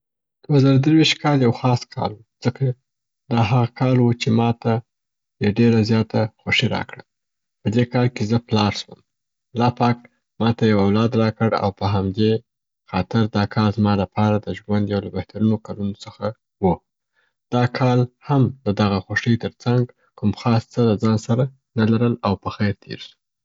دوه زره دیرویشت کال یو خاص کال و ځکه دا هغه کال و چې ماته یې ډېره زیاته خوښي راکړل. په دې کال کې زه پلار سوم. الله پاک ماته یو اولاد راکړ او په همدې خاطر دا کال زما د پاره د ژوند یو له بهترینو کلونو څخه دی. دا کال هم د دغه خوښۍ تر څنګ کوم خاص څه د ځان سره نه لرل او په خیر تیر سو.